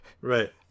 Right